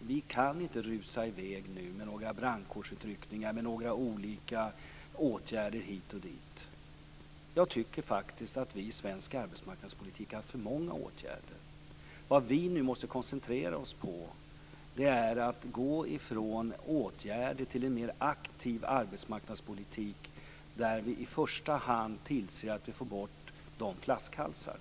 nu kan rusa i väg med några brandkårsutryckningar med olika åtgärder hit och dit. Jag tycker faktiskt att vi i svensk arbetsmarknadspolitik har haft för många åtgärder. Vad vi nu måste koncentrera oss på är att gå från åtgärder till en mer aktiv arbetsmarknadspolitik där vi i första hand ser till att få bort flaskhalsarna.